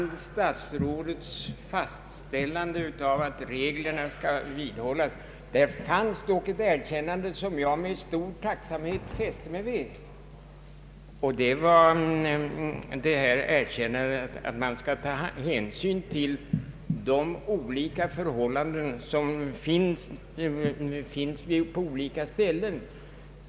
I statsrådets fastställande av att reglerna skall vidhållas fanns dock ett erkännande, som jag med stor tacksamhet fäste mig vid, nämligen att man skall ta hänsyn till de olika förhållanden som råder på olika orter.